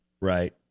Right